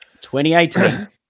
2018